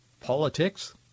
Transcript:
politics